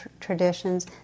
traditions